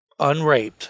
Unraped